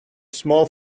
small